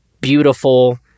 beautiful